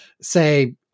say